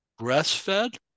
breastfed